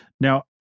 Now